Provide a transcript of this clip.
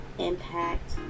impact